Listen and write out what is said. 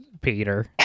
Peter